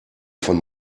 von